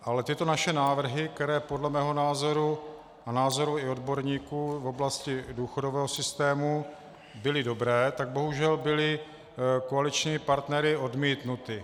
Ale tyto naše návrhy, které podle mého názoru a i názoru odborníků v oblasti důchodového systému byly dobré, bohužel byly koaličními partnery odmítnuty.